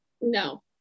No